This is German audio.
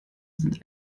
sind